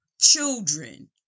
children